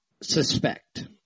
suspect